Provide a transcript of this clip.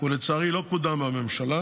ולצערי לא קודם בממשלה,